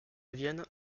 vienne